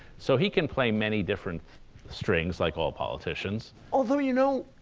so he can play many different strings, like all politicians although, you know,